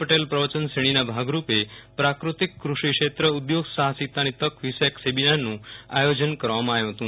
પટેલ પ્રવચન શ્રેણીના ભાગરૂપે પ્રાફતિક કૃષિ ક્ષેત્રે ઉદ્યોગ સાહસિકતાની તક વિષયક વેબીનારનું આયોજન કરવામાં આવ્યું હતું